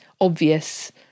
obvious